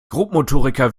grobmotoriker